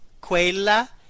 Quella